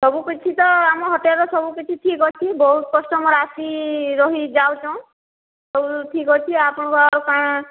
ସବୁ କିଛି ତ ଆମ ହୋଟେଲର ସବୁ କିଛି ଠିକ ଅଛି ବହୁତ କଷ୍ଟମର୍ ଆସି ରହି ଯାଉଛନ ସବୁ ଠିକ ଅଛି ଆପଣଙ୍କର ଆର କାଣା